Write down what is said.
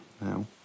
now